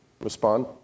respond